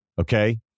Okay